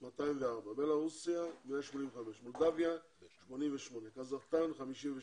204, בלרוסה 185, מולדביה - 88, קזחסטאן 56,